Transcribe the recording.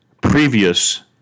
previous